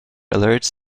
alerts